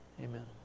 amen